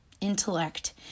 intellect